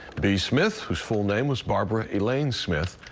b. smith, whose full name was barbara elaine smith,